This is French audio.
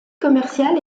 commerciale